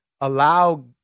allow